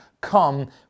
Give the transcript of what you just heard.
come